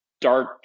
dark